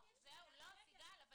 זה לא שם.